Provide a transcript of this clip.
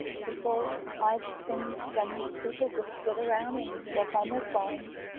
people i've seen some people just sit around and work on their phones,